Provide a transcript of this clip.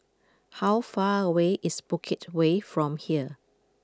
How far away is Bukit Way from here